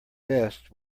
best